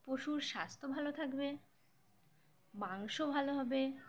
পশুর স্বাস্থ্য ভালো থাকবে মাংস ভালো হবে